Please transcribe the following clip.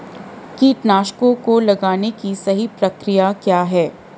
कीटनाशकों को लगाने की सही प्रक्रिया क्या है?